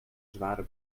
zware